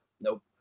Nope